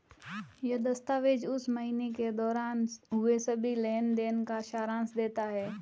यह दस्तावेज़ उस महीने के दौरान हुए सभी लेन देन का सारांश देता है